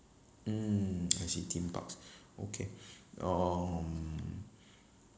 mm I see theme parks okay um